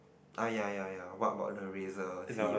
uh ya ya ya what about the razor c_e_o